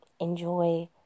enjoy